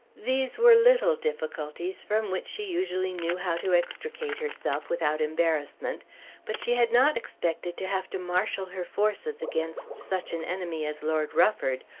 these were little difficulties from which she usually knew how to extricate herself without embarrassment but she had not expected to have to marshal her forces against such an enemy as lord rufford,